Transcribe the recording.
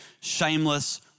Shameless